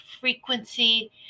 frequency